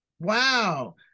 Wow